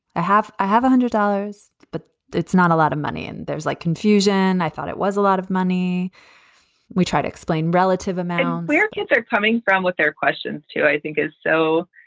have i have a hundred dollars, but it's not a lot of money and there's like confusion. i thought it was a lot of money we try to explain relative amounts where kids are coming from with their questions to i think is so